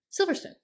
Silverstone